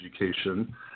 education